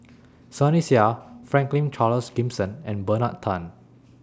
Sunny Sia Franklin Charles Gimson and Bernard Tan